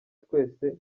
twese